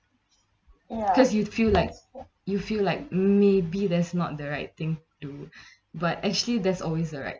because you feel like you feel like may be that's not the right thing to but actually there's always the right